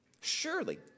Surely